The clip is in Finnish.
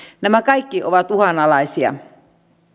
nämä kaikki ovat uhanalaisia